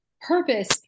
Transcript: purpose